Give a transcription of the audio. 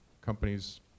companies